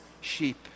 sheep